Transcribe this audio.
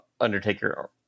undertaker